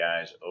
guys